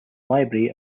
library